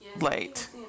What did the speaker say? late